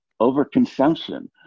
overconsumption